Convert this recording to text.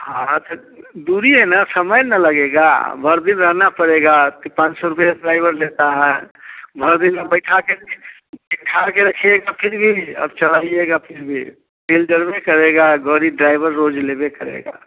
हाँ तो दूरी ए न समय न लगेगा भर दिन रहना पड़ेगा आ फिर पाँच सौ रुपया ड्राइवर लेता है भर दिन में बैठा के बैठा के रखिएगा फिर भी अब चलाइएगा फिर भी तेल जलबे करेगा आ गरीब ड्राइवर रोज़ी लेबे करेगा